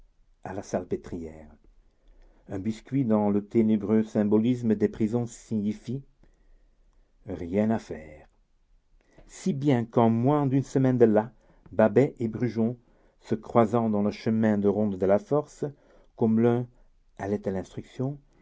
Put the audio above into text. à la salpêtrière un biscuit dans le ténébreux symbolisme des prisons signifie rien à faire si bien qu'en moins d'une semaine de là babet et brujon se croisant dans le chemin de ronde de la force comme l'un allait à l'instruction